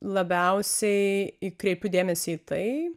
labiausiai ikreipiu dėmesį į tai